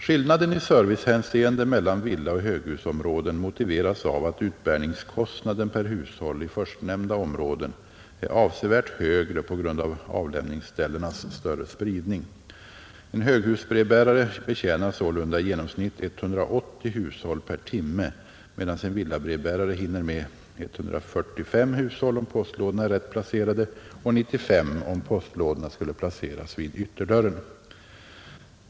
Skillnaden i servicehänseende mellan villaoch höghusområden motiveras av att utbäringskostnaden per hushåll i förstnämnda områden är avsevärt högre på grund av avlämningsställenas större spridning. En höghusbrevbärare betjänar sålunda i genomsnitt 180 hushåll per timme, medan en villabrevbärare hinner med 145 hushåll, om postlådorna är rätt placerade, och 95, om postlådorna skulle placeras vid ytterdörren.